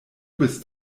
bist